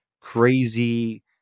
crazy